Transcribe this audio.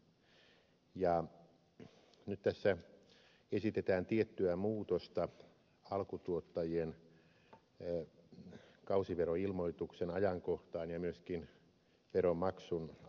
nyt tässä esitetään tiettyä muutosta alkutuottajien kausiveroilmoituksen ajankohtaan ja myöskin veronmaksun ajankohtaan